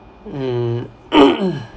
mm